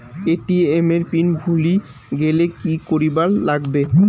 ATM এর pin ভুলি গেলে কি করিবার লাগবে?